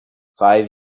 five